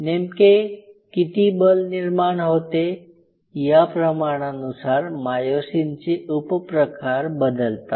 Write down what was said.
नेमके किती बल निर्माण होते या प्रमाणानुसार मायोसिन चे उपप्रकार बदलतात